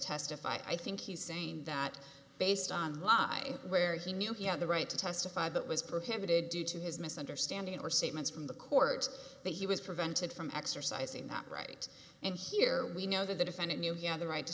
testify i think he's saying that based on law and where he knew he had the right to testify that was prohibited due to his misunderstanding or statements from the court that he was prevented from exercising that right and here we know that the defendant knew he had the right to